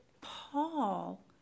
Paul